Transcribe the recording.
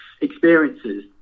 experiences